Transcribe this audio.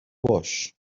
باش